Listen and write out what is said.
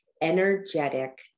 energetic